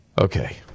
Okay